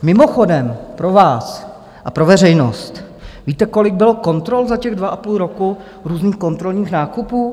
Mimochodem, pro vás a pro veřejnost víte kolik bylo kontrol za těch dva a půl roku, různých kontrolních nákupů?